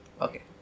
Okay